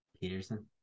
peterson